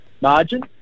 margin